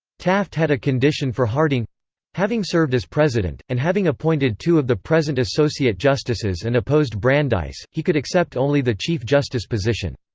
taft had a condition for harding having served as president, and having appointed two of the present associate justices and opposed brandeis, he could accept only the chief justice position.